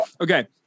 okay